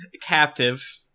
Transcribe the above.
captive